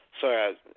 Sorry